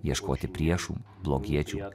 ieškoti priešų blogiečių